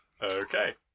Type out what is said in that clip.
Okay